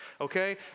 okay